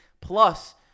plus